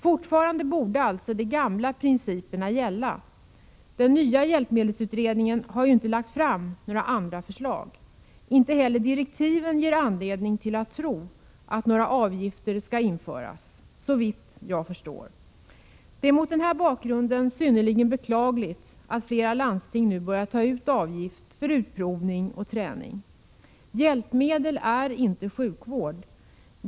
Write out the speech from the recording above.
Fortfarande borde alltså de gamla principerna gälla — den nya hjälpmedelsutredningen har ju inte lagt fram några andra förslag. Inte heller direktiven ger anledning att tro att några avgifter skall införas, såvitt jag förstår. Det är mot den bakgrunden synnerligen beklagligt att flera landsting nu börjat ta ut avgift för utprovning och träning. Hjälpmedel är inte sjukvård.